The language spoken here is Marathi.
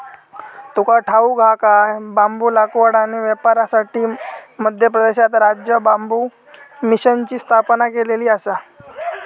तुका ठाऊक हा काय?, बांबू लागवड आणि व्यापारासाठी मध्य प्रदेशात राज्य बांबू मिशनची स्थापना केलेली आसा